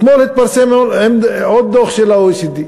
אתמול התפרסם עוד דוח של ה-OECD.